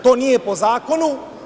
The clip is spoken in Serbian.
To nije po zakonu.